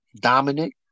Dominic